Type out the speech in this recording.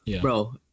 Bro